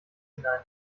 hinein